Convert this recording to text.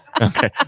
Okay